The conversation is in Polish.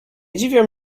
dziwią